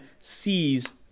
sees